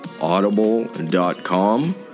Audible.com